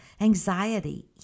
anxiety